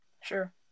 sure